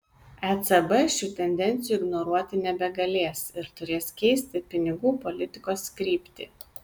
ecb šių tendencijų ignoruoti nebegalės ir turės keisti pinigų politikos kryptį